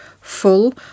full